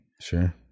Sure